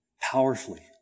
powerfully